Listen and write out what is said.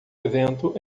evento